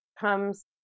comes